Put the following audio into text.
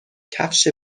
کفش